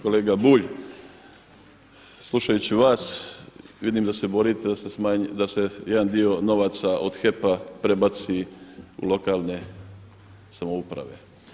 Kolega Bulj, slušajući vas vidim da se borite da se jedan dio novaca od HEP-a prebaci u lokalne samouprave.